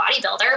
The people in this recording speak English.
bodybuilder